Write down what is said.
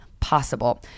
Possible